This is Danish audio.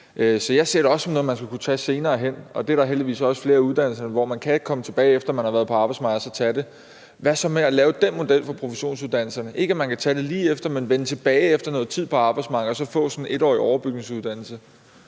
Så jeg ser det også som noget, man skal kunne tage senere hen, og der er heldigvis også flere uddannelser, hvor man kan komme tilbage, efter at man har været på arbejdsmarkedet, og så tage den. Hvad så med at lave den model for professionsuddannelserne – ikke at man kan tage den lige efter, men at man kan vende tilbage efter noget tid på arbejdsmarkedet og så få sådan en 1-årig overbygningsuddannelse?